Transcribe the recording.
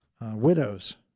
widows